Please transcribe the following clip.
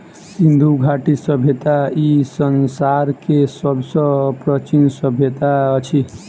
सिंधु घाटी सभय्ता ई संसार के सब सॅ प्राचीन सभय्ता अछि